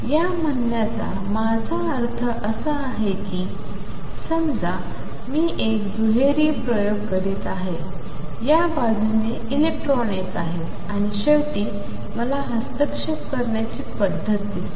या म्हणण्याचा माझा अर्थ असा आहे की समजा मी एक दुहेरी प्रयोग करीत आहे या बाजूने इलेक्ट्रॉन येत आहेत आणि शेवटी मला हस्तक्षेप करण्याची पद्धत दिसते